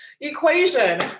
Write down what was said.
equation